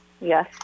yes